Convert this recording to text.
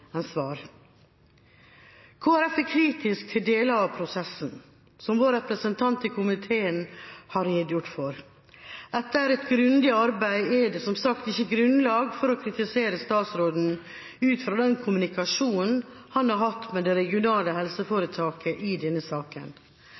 svar. Kristelig Folkeparti er kritisk til deler av prosessen, som vår representant i komiteen har redegjort for. Etter et grundig arbeid er det som sagt ikke grunnlag for å kritisere statsråden ut fra den kommunikasjonen han har hatt med det regionale helseforetaket i denne saken.